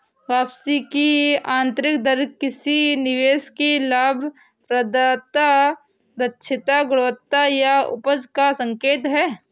वापसी की आंतरिक दर किसी निवेश की लाभप्रदता, दक्षता, गुणवत्ता या उपज का संकेत है